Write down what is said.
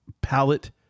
palette